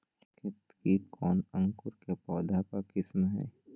केतकी कौन अंकुर के पौधे का किस्म है?